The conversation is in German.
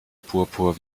purpur